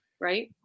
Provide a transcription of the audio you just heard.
Right